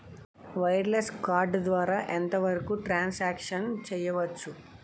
Wireless card ద్వారా ఎంత వరకు ట్రాన్ సాంక్షన్ చేయవచ్చు?